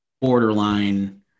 borderline